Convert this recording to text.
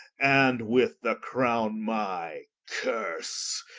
and with the crowne, my curse,